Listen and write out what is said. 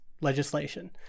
legislation